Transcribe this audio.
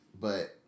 But-